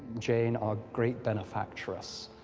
jane, our great benefactress,